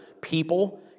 people